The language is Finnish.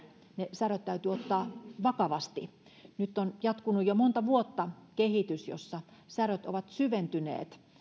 ne säröt täytyy ottaa vakavasti nyt on jatkunut jo monta vuotta kehitys jossa säröt ovat syventyneet